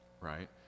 right